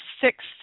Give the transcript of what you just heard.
six